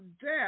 death